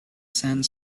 sand